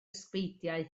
ysbeidiau